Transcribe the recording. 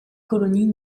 colonies